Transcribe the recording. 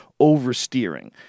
oversteering